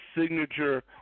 signature